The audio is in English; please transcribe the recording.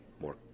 more